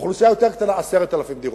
לאוכלוסייה יותר קטנה, 10,000 דירות.